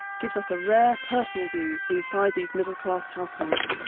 gives us a rare personal view inside these middle class households.